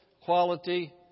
quality